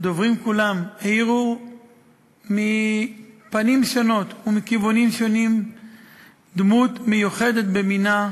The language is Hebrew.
הדוברים כולם האירו מפנים שונות ומכיוונים שונים דמות מיוחדת במינה,